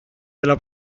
della